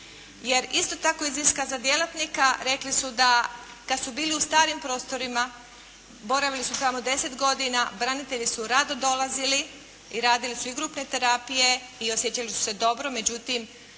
jer isto tako iz iskaza djelatnika rekli su da kad su bili u starim prostorima, boravili su tamo 10 godina, branitelji su rado dolazili i radili su i grupne terapije i osjećali su se dobro, međutim